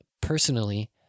personally